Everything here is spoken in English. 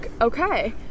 okay